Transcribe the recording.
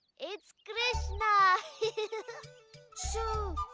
it's krishna! so,